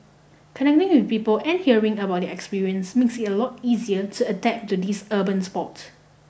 connecting with people and hearing about their experience makes it a lot easier to adapt to this urban sport